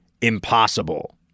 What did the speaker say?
impossible